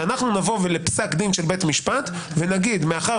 שאנחנו נבוא לפסק דין של בית משפט ונגיד: מאחר